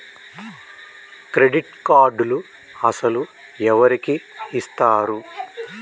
Credit కార్డులు అసలు ఎవరికి ఇస్తారు?